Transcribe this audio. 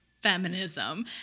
feminism